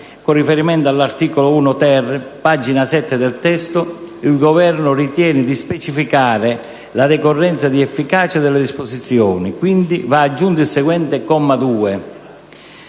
Con riferimento all'articolo 1-*ter* (pagina 7 del testo) il Governo ritiene di specificare la decorrenza di efficacia della disposizione. Quindi va aggiunto il seguente comma 2: